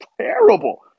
terrible